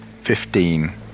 Fifteen